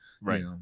Right